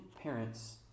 parents